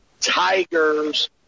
Tigers